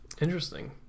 interesting